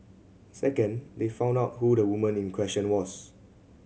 second they found out who the woman in question was